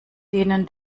denen